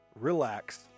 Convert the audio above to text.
relax